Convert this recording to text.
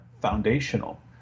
foundational